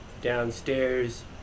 downstairs